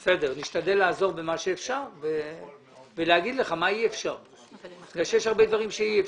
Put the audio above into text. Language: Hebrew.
נשתדל לעזור במה שאפשר ולומר לך מה אי אפשר כי יש הרבה דברים שאי אפשר.